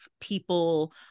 people